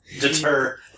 Deter